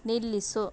ನಿಲ್ಲಿಸು